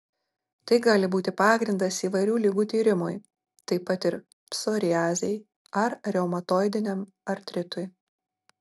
tai gali būti pagrindas įvairių ligų tyrimui taip pat ir psoriazei ar reumatoidiniam artritui